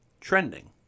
trending